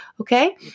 Okay